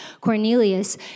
Cornelius